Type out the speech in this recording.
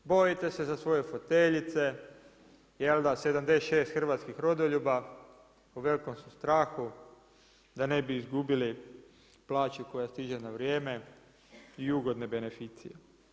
Bojite se za svoje foteljice, jel da, 76 hrvatskih rodoljuba, u velikom su strahu da ne bi izgubili plaću koja stiže na vrijeme i ugodne beneficije.